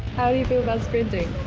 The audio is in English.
how do you feel about sprinting?